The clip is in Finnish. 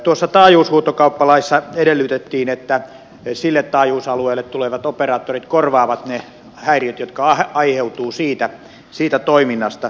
tuossa taajuushuutokauppalaissa edellytettiin että sille taajuusalueelle tulevat operaattorit korvaavat ne häiriöt jotka aiheutuvat siitä toiminnasta